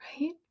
right